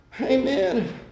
Amen